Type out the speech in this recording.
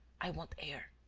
i want air.